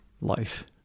life